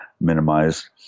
minimized